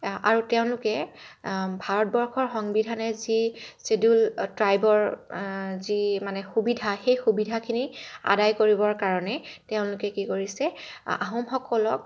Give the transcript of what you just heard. আৰু তেওঁলোকে ভাৰতবৰ্ষৰ সংবিধানে যি ছিডুল ট্ৰাইবৰ যি মানে সুবিধা সেই সুবিধাখিনি আদায় কৰিবৰ কাৰণে তেওঁলোকে কি কৰিছে আহোমসকলক